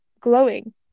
glowing